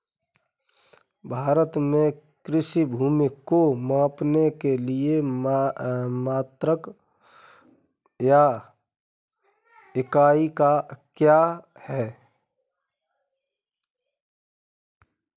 भारत में कृषि भूमि को मापने के लिए मात्रक या इकाई क्या है?